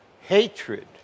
hatred